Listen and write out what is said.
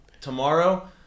tomorrow